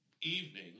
evening